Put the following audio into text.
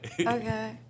Okay